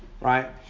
Right